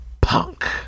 Punk